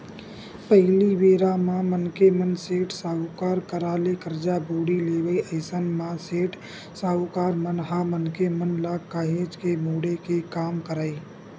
पहिली बेरा म मनखे मन सेठ, साहूकार करा ले करजा बोड़ी लेवय अइसन म सेठ, साहूकार मन ह मनखे मन ल काहेच के मुड़े के काम करय